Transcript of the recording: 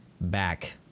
back